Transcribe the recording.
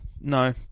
No